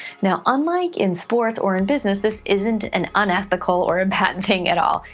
now, unlike in sports or in business, this isn't an unethical or a bad and thing at all.